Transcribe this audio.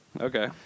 Okay